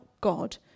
God